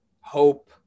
hope